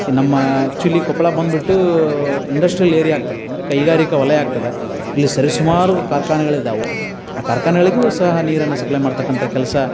ನಮ್ಮ ಆ್ಯಕ್ಚುಲಿ ಕೊಪ್ಪಳ ಬಂದ್ಬಿಟ್ಟು industrial area ಆಗ್ತಾ ಅಂದರೆ ಕೈಗಾರಿಕಾ ವಲಯ ಆಗ್ತದೆ ಇಲ್ಲಿ ಸರಿ ಸುಮಾರು ಕಾರ್ಖಾನೆಗಳಿದಾವೆ ಆ ಕಾರ್ಖಾನೆಗಳಿಗೂ ಸಹ ನೀರನ್ನು ಸಪ್ಲೈ ಮಾಡತಕ್ಕಂಥ ಕೆಲಸ